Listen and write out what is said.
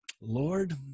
Lord